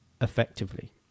effectively